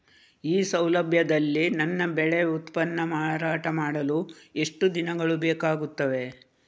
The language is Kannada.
ಈ ಸೌಲಭ್ಯದಲ್ಲಿ ನನ್ನ ಬೆಳೆ ಉತ್ಪನ್ನ ಮಾರಾಟ ಮಾಡಲು ಎಷ್ಟು ದಿನಗಳು ಬೇಕಾಗುತ್ತದೆ?